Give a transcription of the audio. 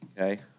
Okay